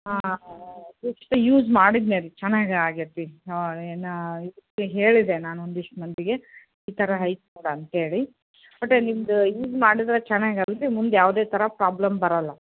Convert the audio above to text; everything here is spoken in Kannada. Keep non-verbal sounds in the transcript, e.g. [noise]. ಹಾಂ [unintelligible] ಯೂಸ್ ಮಾಡಿದ್ದೆ ರೀ ಚೆನ್ನಾಗಿ ಆಗೈತಿ ಹಾಂ ಇನ್ನೂ [unintelligible] ಹೇಳಿದೆ ನಾನೊಂದು ಇಷ್ಟು ಮಂದಿಗೆ ಈ ಥರ [unintelligible] ಅಂತೇಳಿ ಬಟ ನಿಮ್ಮದು ಯೂಸ್ ಮಾಡಿದರೆ ಚೆನ್ನಾಗಲ್ಲ ರೀ ಮುಂದೆ ಯಾವುದೇ ಥರ ಪ್ರಾಬ್ಲಮ್ ಬರೋಲ್ಲ